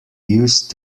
used